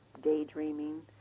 daydreaming